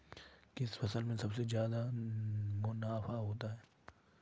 किस फसल में सबसे जादा मुनाफा होता है?